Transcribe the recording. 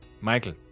Michael